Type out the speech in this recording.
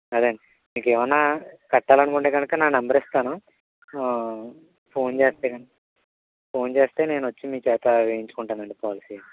అదే అండి మీకేమైనా కట్టాలనుకుంటే కనుకా నా నెంబర్ ఇస్తాను ఫోన్ చేస్తే కనుక ఫోన్ చేస్తే నేను వచ్చి మీ చేత వేయించుకుంటానండి పాలసీ